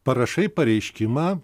parašai pareiškimą